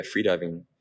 freediving